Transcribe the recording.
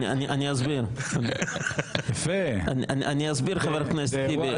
אני אסביר, חבר הכנסת טיבי.